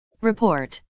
Report